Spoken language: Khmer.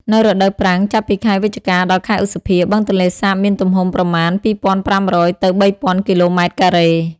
នៅរដូវប្រាំង ចាប់ពីខែវិច្ឆិកា ដល់ខែឧសភា បឹងទន្លេសាបមានទំហំប្រមាណ ២.៥០០ ទៅ ៣.០០០ គីឡូម៉ែត្រការ៉េ។